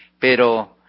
pero